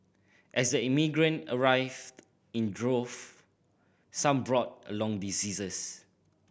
as the immigrant arrived in droves some brought along diseases